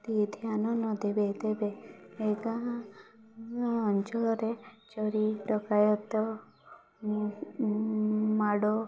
ଟିକିଏ ଧ୍ୟାନ ନଦେବେ ତେବେ ଏ ଗାଁ ଅଞ୍ଚଳରେ ଚୋରି ଡକାୟତି ମାଡ଼